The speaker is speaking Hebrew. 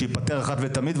שייפתר אחת ולתמיד,